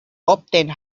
often